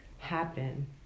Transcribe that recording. Happen